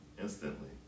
instantly